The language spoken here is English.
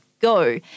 go